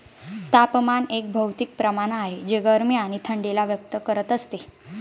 तापमान एक भौतिक प्रमाण आहे जे गरमी आणि थंडी ला व्यक्त करत असते